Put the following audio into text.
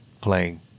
playing